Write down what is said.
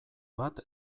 bat